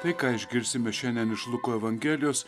tai ką išgirsime šiandien iš luko evangelijos